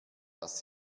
das